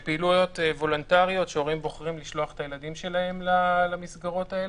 בוודאי שצריך לאסור לחלוטין את העישון במוסדות